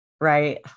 right